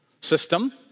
system